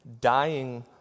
dying